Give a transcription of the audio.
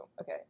Okay